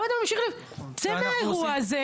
צא מהאירוע הזה.